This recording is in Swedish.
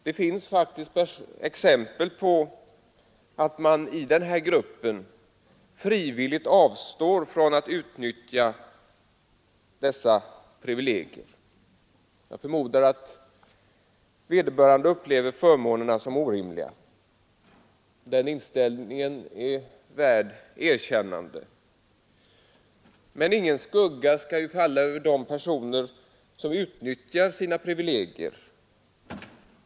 Det finns faktiskt exempel på att man i den gruppen frivilligt avstår från att utnyttja dessa privilegier. Jag förmodar att vederbörande upplever förmånerna som orimliga. Den inställningen är värd erkännande. Men ingen skugga bör falla över de personer som utnyttjar sina privilegier.